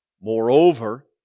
Moreover